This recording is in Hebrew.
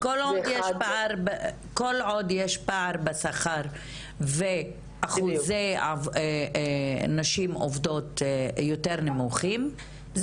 --- כל עוד יש פער בשכר ואחוזי נשים עובדות יותר נמוכים,